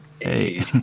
hey